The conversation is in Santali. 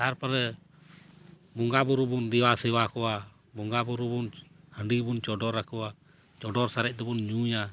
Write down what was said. ᱛᱟᱨᱯᱚᱨᱮ ᱵᱚᱸᱜᱟ ᱵᱩᱨᱩ ᱵᱚᱱ ᱫᱮᱵᱟ ᱥᱮᱵᱟ ᱠᱚᱣᱟ ᱵᱚᱸᱜᱟ ᱵᱩᱨᱩ ᱵᱚᱱ ᱦᱟᱺᱰᱤ ᱵᱚᱱ ᱪᱚᱰᱚᱨ ᱟᱠᱚᱣᱟ ᱪᱚᱰᱚᱨ ᱥᱟᱨᱮᱡ ᱫᱚᱵᱚᱱ ᱧᱩᱭᱟ